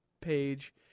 page